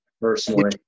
personally